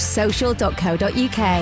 social.co.uk